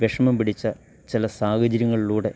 വിഷമം പിടിച്ച ചില സാഹചര്യങ്ങളിലൂടെ